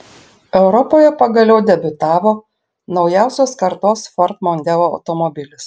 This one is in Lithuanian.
europoje pagaliau debiutavo naujausios kartos ford mondeo automobilis